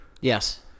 Yes